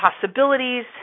possibilities